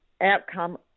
outcome